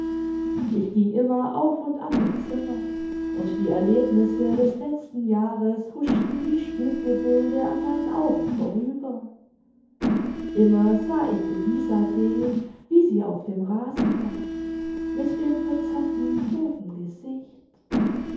ich ging inuner auf und ab im zimmer und die erlebnisse des letzten jahres huschten wie spukgebilde an meinen augen vorüber immer sah ich elisabeth wie sie auf dem rasen lag nut dem verzerrten toten gesicht